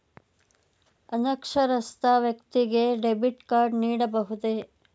ಅನಕ್ಷರಸ್ಥ ವ್ಯಕ್ತಿಗೆ debit card ನೀಡಬಹುದೇ?